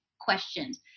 questions